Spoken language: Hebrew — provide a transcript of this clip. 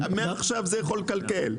מעכשיו זה יכול לקלקל.